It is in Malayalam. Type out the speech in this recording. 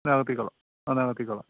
ഞാൻ എത്തിക്കോളാം ആ ഞാൻ എത്തിക്കോളാം